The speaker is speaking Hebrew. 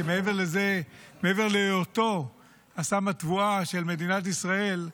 שמעבר להיותו אסם התבואה של מדינת ישראל,